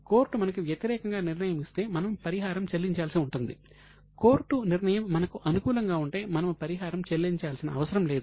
court మనకు వ్యతిరేకంగా నిర్ణయం ఇస్తే మనము పరిహారం చెల్లించాల్సి ఉంటుంది కోర్టు నిర్ణయం మనకు అనుకూలంగా ఉంటే మనము పరిహారం చెల్లించాల్సిన అవసరం లేదు